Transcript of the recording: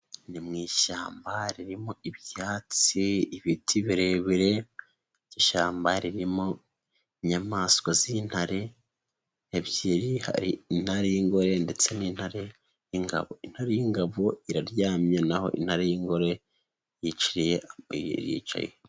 Ni mu ishyamba ririmo ibyatsi, ibiti birebire by'ishyamba ririmo inyamaswa z'intare ebyiri, hari intare y'ingore ndetse n'intarere y'ingabo, intare y'ingabo iraryamye na ho intare y'ingore yiciriye iricaye.